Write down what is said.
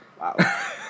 Wow